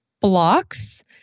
blocks